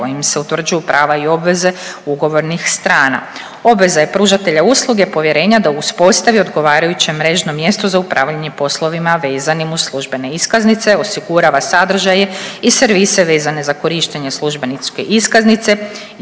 kojim se utvrđuju prava i obveze ugovornih strana. Obveza je pružatelja usluge povjerenja da uspostavi odgovarajuće mrežno mjesto za upravljanje poslovima vezanim uz službene iskaznice, osigurava sadržaje i servise vezane za korištenje službeničke iskaznice